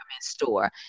store